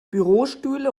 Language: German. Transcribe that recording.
bürostühle